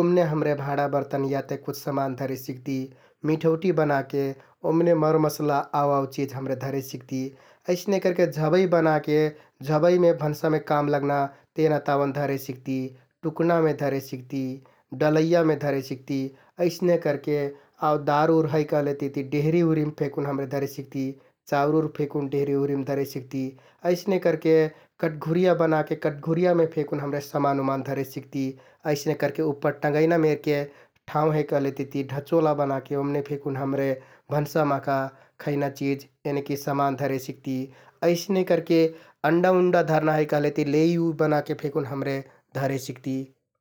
ओम्‍ने हमरे भाँडा बर्तन याते कुछ समान धरे सिकति । मिठौटि बनाके ओम्‍ने मरमसला आउ समान धरे सिकति अइसने करके झबइ बनाके झबइमे भन्सामे काम लगना तेना ताउन धरे सिकति । टुक्नामे धरे सिकति, डलैयामे धरे सिकति अइसने करके आउ दार उर है कहलेतिति डेहरि उहरिम फेकुन हमरे धरे सिकति । चाउर उर फेकुन डेहरि उहरिम धरे सिकति अइसने करके कट्‍घुरिया बनाके कट्‍घुरियामे फेकुन हमरे समान उमान धरे सिकति । अइसने करके उप्पर टँगैना मेरके ठाउँ है कहलेतिति ढँचोला बनाके ओम्‍ने फेकुन हमरे भन्सा महका खैना चिझ यनिकि समान धरे सिकति । अइसने करके अण्डा उन्डा धरना है कहलेतिति लेइ उइ बनाके फेकुन हमरे धरे सिकति ।